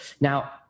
Now